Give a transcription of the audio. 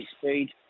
speed